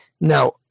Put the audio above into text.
Now